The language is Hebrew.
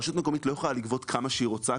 רשות מקומית לא יכולה לגבות כמה שהיא רוצה,